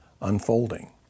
unfolding